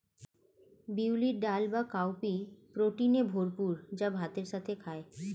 বিউলির ডাল বা কাউপি প্রোটিনে ভরপুর যা ভাতের সাথে খায়